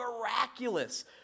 miraculous